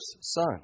son